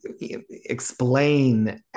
explain